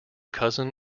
cousin